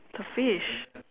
the fish